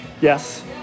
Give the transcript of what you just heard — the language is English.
Yes